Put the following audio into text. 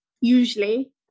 usually